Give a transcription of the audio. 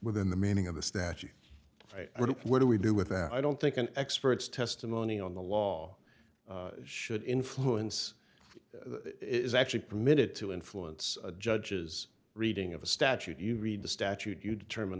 within the meaning of the statute what do we do with that i don't think an expert's testimony on the law should influence is actually permitted to influence a judge's reading of a statute you read the statute you determine